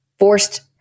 forced